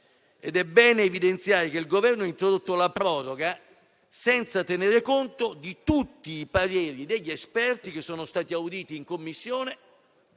È bene evidenziare che il Governo ha introdotto la proroga senza tenere conto di tutti i pareri degli esperti auditi in Commissione,